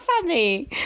funny